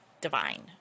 divine